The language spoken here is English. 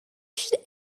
should